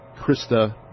Krista